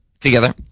together